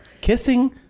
kissing